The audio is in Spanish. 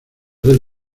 del